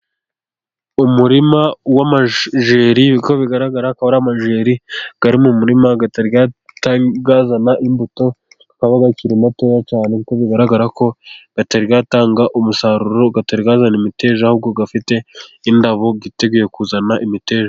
Umurima w'amageri, uko bigaragara akaba ari amageri ari mu murima atari yazana imbuto, akaba akiri matoya cyane kuko bigaragara ko atari yatanga umusaruro atari yazana imiteja, ahubwo afite indabo yiteguye kuzana imiteja.